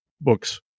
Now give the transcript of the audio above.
books